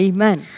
Amen